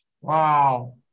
Wow